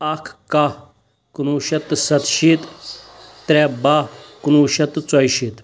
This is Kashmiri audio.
اَکھ کَہہ کُنہٕ وُہ شَتھ تہٕ سَتہٕ شیٖتھ ترٛےٚ بَہہ کُنہٕ وُہ شَتھ تہٕ ژۄیہِ شیٖتھ